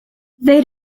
they